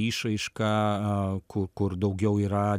išraišką ku kur daugiau yra